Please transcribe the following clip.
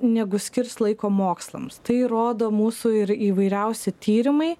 negu skirs laiko mokslams tai rodo mūsų ir įvairiausi tyrimai